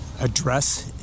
address